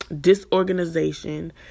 Disorganization